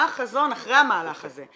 מה החזון אחרי המהלך הזה,